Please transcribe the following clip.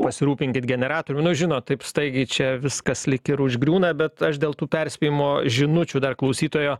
pasirūpinkit generatorių nu žinot taip staigiai čia viskas lyg ir užgriūna bet aš dėl tų perspėjimo žinučių dar klausytojo